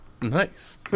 Nice